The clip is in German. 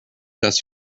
das